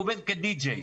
שעובד כדי-ג'יי.